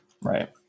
Right